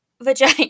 vagina